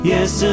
Yes